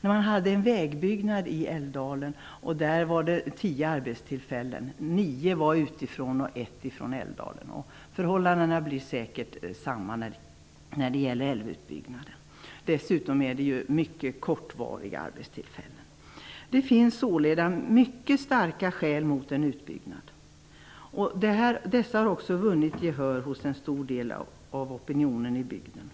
Man hade ett vägbygge i Älvdalen som gav tio arbetstillfällen. Nio av de anställda kom utifrån och en från Älvdalen. Förhållandena blir säkert desamma när det gäller älvutbyggnaden. Dessutom är det ju fråga om mycket kortvariga arbetstillfällen. Det finns således mycket starka skäl mot en utbyggnad. Dessa har också vunnit gehör hos en stor del av opinionen i bygden.